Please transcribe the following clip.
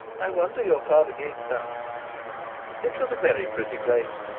i wonder your father gave it up it was a very pretty place,